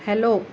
hello